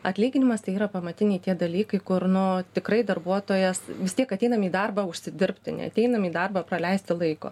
atlyginimas tai yra pamatiniai tie dalykai kur nu tikrai darbuotojas vis tiek ateinam į darbą užsidirbti neateinam į darbą praleisti laiko